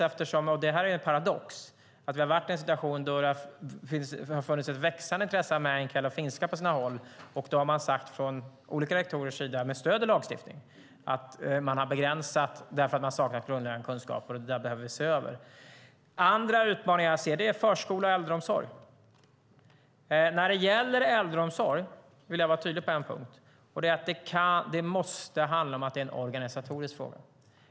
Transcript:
Men det är också en paradox att vi har varit i en situation då det har funnits ett växande intresse av att ha meänkieli och finska på sina håll och att man då från olika rektorers sida - med stöd i lagstiftningen - har sagt att man har begränsat eftersom man har saknat grundläggande kunskaper. Det behöver vi se över. Andra utmaningar som jag ser gäller förskola och äldreomsorg. När det gäller äldreomsorg vill jag vara tydlig på en punkt: Det måste handla om att det är organisatorisk fråga.